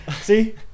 See